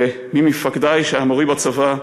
ומי ממפקדי שהיה מורי בצבא,